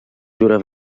jura